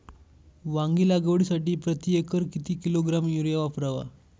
वांगी लागवडीसाठी प्रती एकर किती किलोग्रॅम युरिया वापरावा?